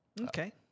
Okay